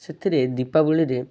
ସେଥିରେ ଦୀପାବଳିରେ